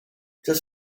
just